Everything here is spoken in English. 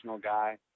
guy